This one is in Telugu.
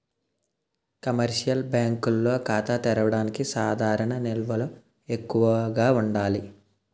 కమర్షియల్ బ్యాంకుల్లో ఖాతా తెరవడానికి సాధారణ నిల్వలు ఎక్కువగా ఉండాలి